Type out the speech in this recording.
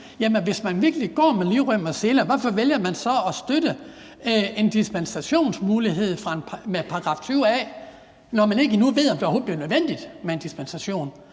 hvis man virkelig går med livrem og seler, hvorfor vælger man så at støtte en dispensationsmulighed med § 20 a, når man ikke endnu ved, om det overhovedet bliver nødvendigt med en dispensation?